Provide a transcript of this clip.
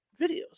videos